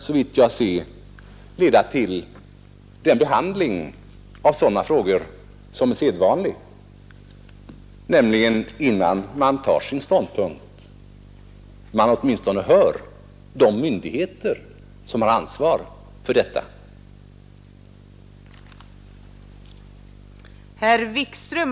Såvitt jag ser bör detta föranleda den behandlingen, att innan utskottet tar sin ståndpunkt, man åtminstone hör de myndigheter som har ansvar för detta systems praktiska handhavande.